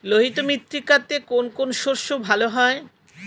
লোহিত মৃত্তিকাতে কোন কোন শস্য ভালো হয়?